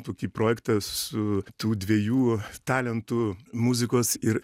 tokį projektą su tų dviejų talentų muzikos ir